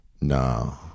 No